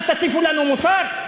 אל תטיפו לנו מוסר.